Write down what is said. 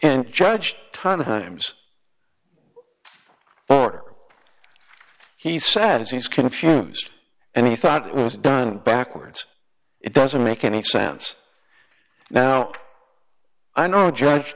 and judged ton of times before he says he's confused and he thought it was done backwards it doesn't make any sense now i know judge